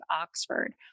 Oxford